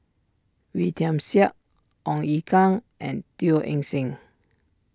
Wee Tian Siak Ong Ye Kung and Teo Eng Seng